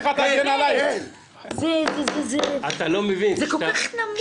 זה כל כך נמוך, די.